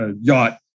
yacht